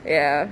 ya